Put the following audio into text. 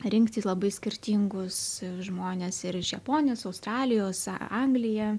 rinktis labai skirtingus žmones ir iš japonijos australijos anglija